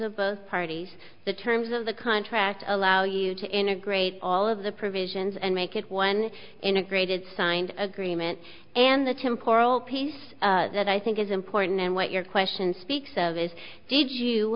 of both parties the terms of the contract allow you to integrate all of the provisions and make it one integrated signed agreement and the temporal piece that i think is important and what your question speaks of is did you